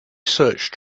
search